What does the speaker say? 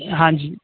ਹਾਂਜੀ